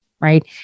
Right